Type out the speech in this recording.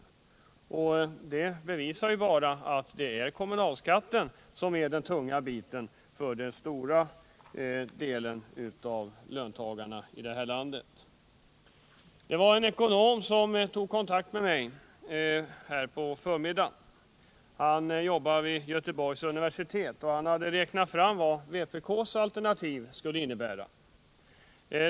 Det visar bara att det är kommunalskatten som är den tunga biten för den stora delen av löntagarna i vårt land. Det var en ekonom som tog kontakt med mig på förmiddagen i dag. Han jobbar vid Göteborgs universitet och hade räknat fram vad vpk:s alternativ skulle innebära.